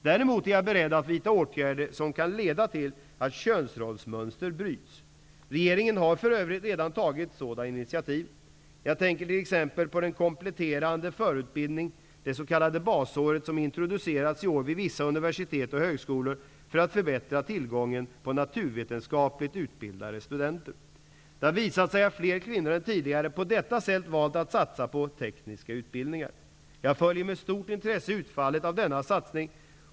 Däremot är jag beredd att vidta åtgärder som kan leda till att könsrollsmönster bryts. Regeringen har för övrigt redan tagit sådana initiativ. Jag tänker t.ex. på den kompletterande förutbildning -- det s.k. basåret -- som introducerats i år vid vissa universitet och högskolor för att förbättra tillgången på naturvetenskapligt utbildade studenter. Det har visat sig att fler kvinnor än tidigare på detta sätt valt att satsa på tekniska utbildningar. Jag följer med stort intresse utfallet av denna satsning.